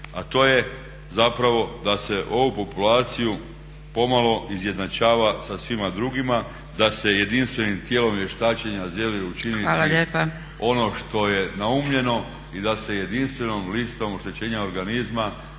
a to je zapravo da se ovu populaciju pomalo izjednačava sa svima drugima da se jedinstvenim tijelom vještačenja želi učiniti ono što je naumljeno i da se jedinstvenom listom oštećenja organizma